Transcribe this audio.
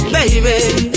Baby